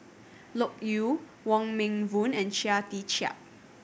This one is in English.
Loke Yew Wong Meng Voon and Chia Tee Chiak